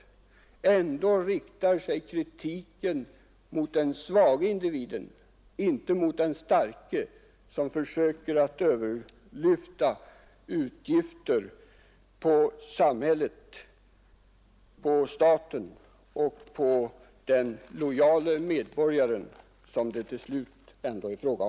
Kritiken riktar sig mot den svage individen, inte mot den starke som försöker lyfta över utgifter på samhället. Det är den lojale medborgaren som får sitta emellan.